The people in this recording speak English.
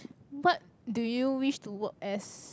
what do you wish to work as